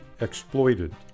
exploited